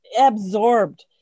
absorbed